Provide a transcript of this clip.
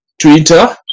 Twitter